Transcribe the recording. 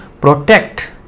protect